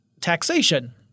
taxation